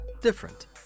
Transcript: different